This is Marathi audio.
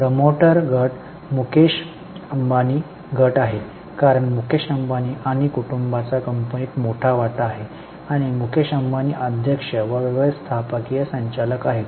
प्रमोटर गट मुकेश अंबानी गट आहे कारण मुकेश अंबानी आणि कुटुंबाचा कंपनीत मोठा वाटा आहे आणि मुकेश अंबानी अध्यक्ष व व्यवस्थापकीय संचालक आहेत